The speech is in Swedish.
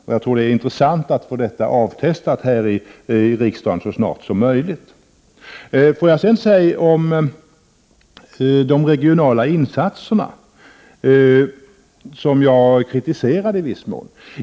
Jag tror att det är intressant att få detta avtestat här i riksdagen så snart som möjligt. Får jag sedan säga om de regionala insatserna att jag kritiserade dem i viss mån.